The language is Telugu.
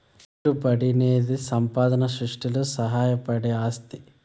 పెట్టుబడనేది సంపద సృష్టిలో సాయపడే ఆస్తి